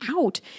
out